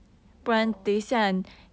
我